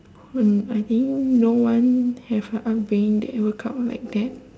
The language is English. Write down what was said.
um I think no one have a upbringing that workout like that